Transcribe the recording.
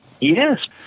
Yes